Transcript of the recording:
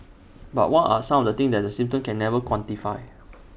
but what are some of the things the system can never quantify